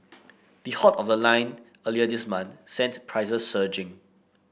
the halt of the line earlier this month sent prices surging